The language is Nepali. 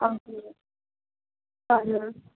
हजुर हजुर